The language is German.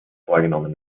vorgenommen